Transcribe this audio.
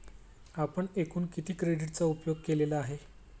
आपण एकूण किती क्रेडिटचा उपयोग केलेला आहे?